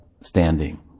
standing